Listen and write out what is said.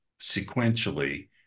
sequentially